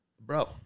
bro